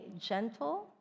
gentle